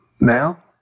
Now